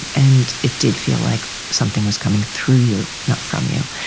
and it did feel like something was coming through you, not from you,